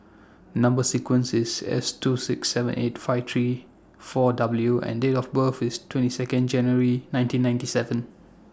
Number sequence IS S two six seven eight five three four W and Date of birth IS twenty Second January nineteen ninety seven